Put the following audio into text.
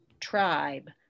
tribe